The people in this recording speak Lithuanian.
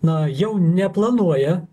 na jau neplanuoja